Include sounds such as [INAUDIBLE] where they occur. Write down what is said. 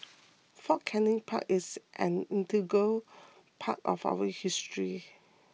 Fort Canning Park is an integral [NOISE] part of our history